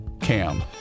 cam